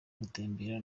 gutembera